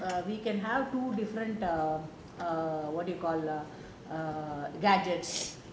err we can have two different err err what you call err err gadgets